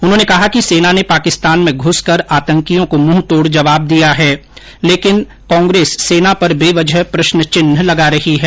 उन्होंने कहा कि सेना ने पाकिस्तान में घुसकर आतंकियों को मुँहतोड़ जवाब दिया है लेकिन कांग्रेस सेना पर बेवजह प्रश्न चिह्न लगा रही है